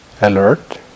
alert